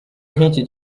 nk’iki